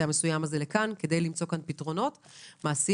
המסוים הזה לכאן כדי למצוא כאן פתרונות מעשיים,